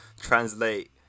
translate